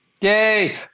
Yay